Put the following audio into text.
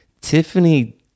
tiffany